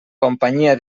companyia